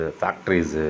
factories